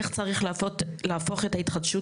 איך צריך להפוך את ההתחדשות